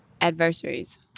adversaries